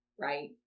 right